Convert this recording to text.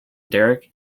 derek